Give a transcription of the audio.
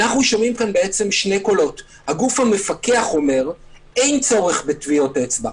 אנחנו שומעים פה שני קולות: הגוף המפקח אומר: אין צורך בטביעות אצבע.